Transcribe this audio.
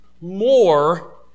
more